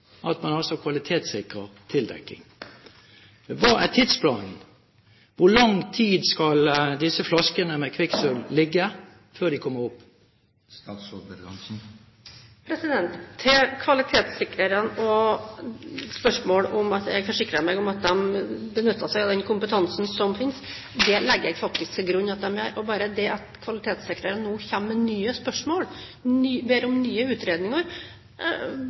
at man kvalitetssikrer tildekking. Hva er tidsplanen? Hvor lang tid skal disse flaskene med kvikksølv ligge før de kommer opp? Til kvalitetssikrerne og spørsmålet om jeg har forsikret meg om at de benytter seg av den kompetansen som finnes: Det legger jeg faktisk til grunn at de gjør. Bare det at kvalitetssikrerne nå kommer med nye spørsmål og ber om nye utredninger,